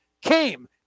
came